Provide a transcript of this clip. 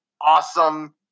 awesome